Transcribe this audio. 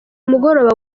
mugoroba